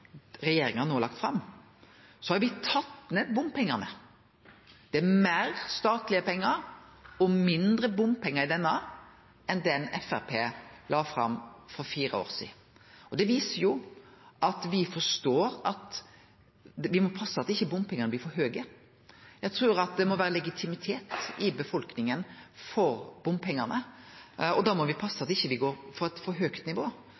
regjeringa no har lagt fram, har me tatt ned bompengane. Det er meir statlege pengar og mindre bompengar i denne planen enn i den planen Framstegspartiet la fram for fire år sidan. Det viser jo at me forstår at me må passe på at bompengane ikkje blir for høge. Eg trur at det må vere legitimitet i befolkninga for bompengane, og då må me passe på at me ikkje går for eit for høgt nivå.